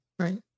Right